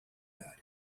ara